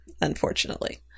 unfortunately